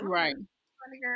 right